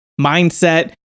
mindset